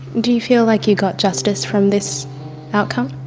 do you feel like you got justice from this outcome?